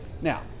Now